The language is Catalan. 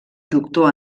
doctor